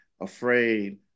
afraid